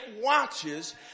watches